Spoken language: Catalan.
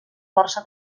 força